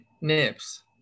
Nips